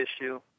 issue